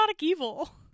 evil